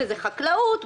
שזה חקלאות,